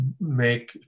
make